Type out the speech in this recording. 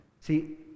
See